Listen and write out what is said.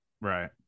Right